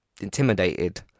Intimidated